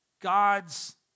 God's